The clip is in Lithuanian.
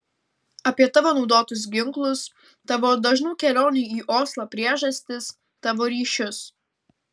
apie tavo naudotus ginklus tavo dažnų kelionių į oslą priežastis tavo ryšius